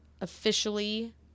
officially